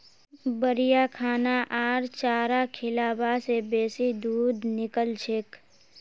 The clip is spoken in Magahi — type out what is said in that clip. बढ़िया खाना आर चारा खिलाबा से बेसी दूध निकलछेक